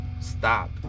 Stop